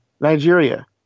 Nigeria